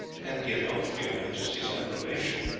and he had hoped for your majesty's approbation.